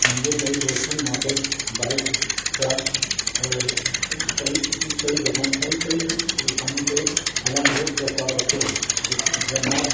मुंहिंजे कई दोस्तनि मूंखे बाइक सां कई कई जॻहियूं कई कई स्थाननि ते हलण जो प्रस्ताव रखियो जो जो मां